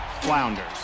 flounders